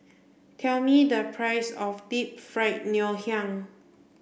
tell me the price of Deep Fried Ngoh Hiang